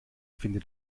findet